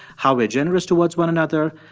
how we're generous towards one another.